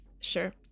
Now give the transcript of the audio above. sure